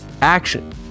action